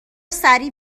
سریع